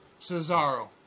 Cesaro